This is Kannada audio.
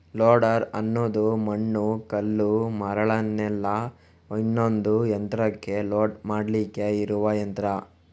ಲೋಡರ್ ಅನ್ನುದು ಮಣ್ಣು, ಕಲ್ಲು, ಮರಳನ್ನೆಲ್ಲ ಇನ್ನೊಂದು ಯಂತ್ರಕ್ಕೆ ಲೋಡ್ ಮಾಡ್ಲಿಕ್ಕೆ ಇರುವ ಯಂತ್ರ